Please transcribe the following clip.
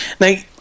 Now